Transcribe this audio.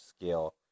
scale